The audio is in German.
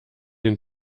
den